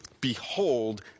Behold